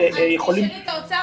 עם האוצר,